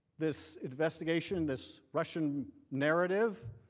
this investigation, this russian narrative.